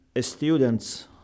students